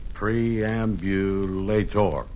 preambulator